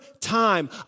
time